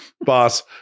Boss